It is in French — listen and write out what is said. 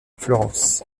florence